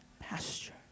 pasture